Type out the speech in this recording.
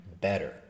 better